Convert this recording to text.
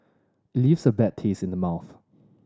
it leaves a bad taste in the mouth